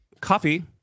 coffee